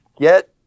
get